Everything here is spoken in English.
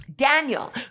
Daniel